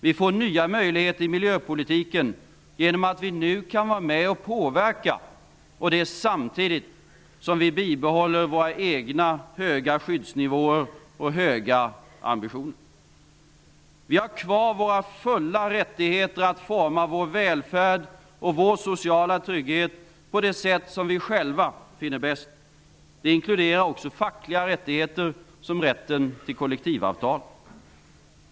Vi får nya möjligheter i miljöpolitiken genom att vi nu kan vara med och påverka, samtidigt som vi bibehåller våra egna höga skyddsnivåer och högt ställda ambitioner. Vi har kvar våra fulla rättigheter att forma vår välfärd och vår sociala trygghet på det sätt som vi själva finner bäst. Det inkluderar också fackliga rättigheter, som rätten till kollektivavtal.